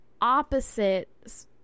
opposite